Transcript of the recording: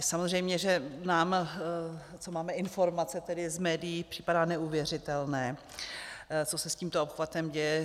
Samozřejmě že nám, co máme informace tedy z médií, připadá neuvěřitelné, co se s tímto obchvatem děje.